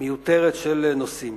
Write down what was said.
מיותרת של נושאים.